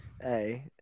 hey